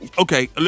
okay